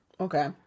Okay